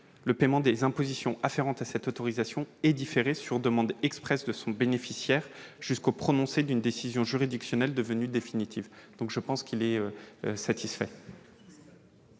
le paiement des impositions afférentes à cette autorisation est différé, sur demande expresse de son bénéficiaire, jusqu'au prononcé d'une décision juridictionnelle devenue définitive ». Je vous demande